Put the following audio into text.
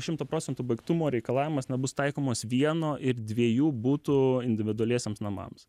šimto procentų baigtumo reikalavimas nebus taikomas vieno ir dviejų butų individualiesiems namams